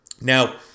Now